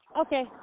Okay